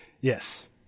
Yes